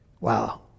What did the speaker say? Wow